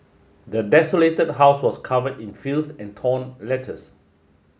the desolated house was covered in filth and torn letters